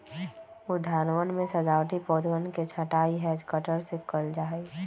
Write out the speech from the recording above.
उद्यानवन में सजावटी पौधवन के छँटाई हैज कटर से कइल जाहई